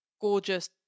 gorgeous